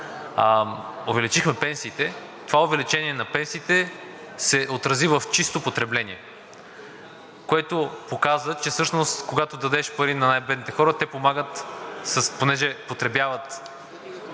увеличихме пенсиите, това увеличение на пенсиите се отрази в чисто потребление, което показа, че когато дадеш пари на най-бедните хора, те помагат, понеже потребяват